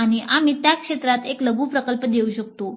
आणि आम्ही त्या क्षेत्रात एक लघु प्रकल्प देऊ शकतो